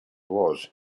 was